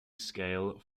scale